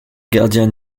gardien